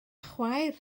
chwaer